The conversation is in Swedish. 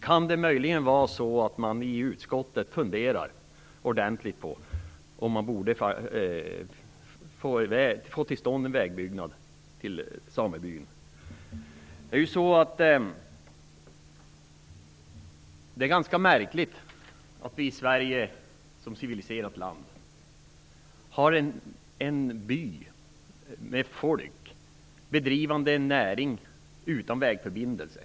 Kan det möjligen vara så att man i utskottet allvarligt funderar på om det inte borde byggas en väg till samebyn? Det är märkligt att vi i Sverige, som är ett civiliserat land, har en by där det bor folk som bedriver en näring och som inte har en vägförbindelse.